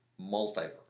multiverse